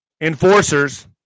enforcers